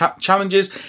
challenges